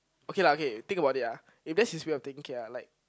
okay lah okay think about it ah if this is way of thinking ah like